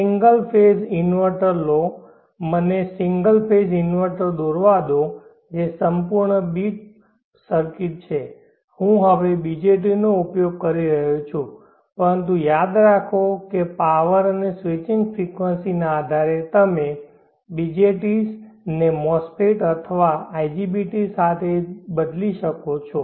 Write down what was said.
single phase inverter લો મને single phase inverter દોરવા દો જે સંપૂર્ણ બિટ સર્કિટ છે હું હવે BJTs નો ઉપયોગ કરી રહ્યો છું પરંતુ યાદ રાખો કે પાવર અને સ્વિચિંગ ફ્રીક્વન્સીઝના આધારે તમે BJTs ને MOSFETs અથવા IGBTs સાથે બદલી શકો છો